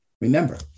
Remember